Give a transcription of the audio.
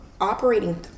operating